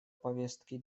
повестки